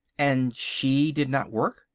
and she did not work?